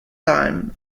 time